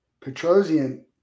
petrosian